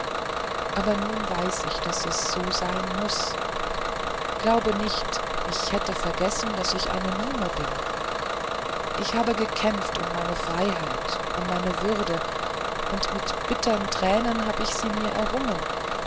aber nun weiß ich daß es so sein muß glaube nicht ich hätte vergessen daß ich eine nume bin ich habe gekämpft um meine freiheit um meine würde und mit bittern tränen hab ich sie mir errungen